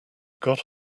got